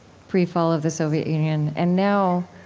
pre-fall of the soviet union. and now,